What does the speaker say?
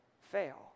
fail